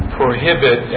prohibit